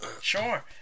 Sure